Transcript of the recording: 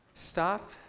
Stop